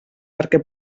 perquè